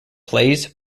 plays